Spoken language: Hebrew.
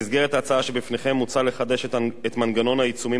במסגרת ההצעה שבפניכם מוצע לחדש את מנגנון העיצומים